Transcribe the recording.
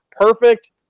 perfect